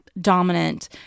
dominant